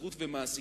הסתדרות ומעסיקים.